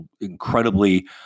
incredibly